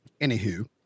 Anywho